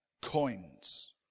coins